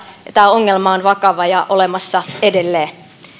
tämä ongelma on vakava ja olemassa edelleen